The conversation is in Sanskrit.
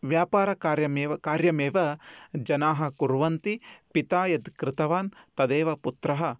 व्यापारकार्यमेव कार्यमव जनाः कुर्वन्ति पिता यत् कृतवान् तदेव पुत्रः